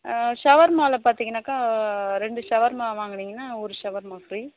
ஆ ஷவர்மாலே பார்த்திங்னாக்கா ரெண்டு ஷவர்மா வாங்குனீங்கன்னா ஒரு ஷவர்மா ஃப்ரீ